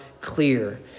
clear